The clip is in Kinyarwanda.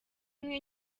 umwe